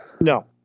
No